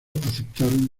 aceptaron